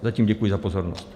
Zatím děkuji za pozornost.